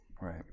Right